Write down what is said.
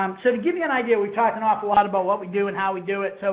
um sort of give you an idea, we talk an awful lot about what we do and how we do it, so